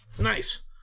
nice